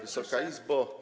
Wysoka Izbo!